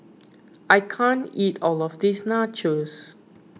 I can't eat all of this Nachos